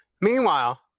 Meanwhile